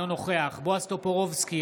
אינו נוכח בועז טופורובסקי,